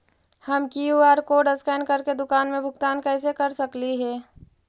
हम QR code scan करके दुकान में भुगतान कैसे कर सकली हे?